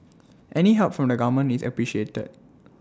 any help from the government is appreciated